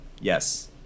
Yes